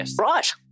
right